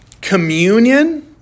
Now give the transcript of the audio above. communion